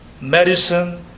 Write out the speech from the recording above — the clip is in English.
medicine